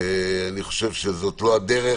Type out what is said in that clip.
אני חושב שזו לא הדרך.